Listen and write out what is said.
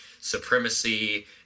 Supremacy